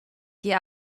die